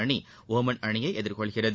அணி ஒமன் அணியை எதிர்கொள்கிறது